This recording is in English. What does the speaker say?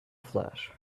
flash